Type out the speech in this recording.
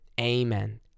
Amen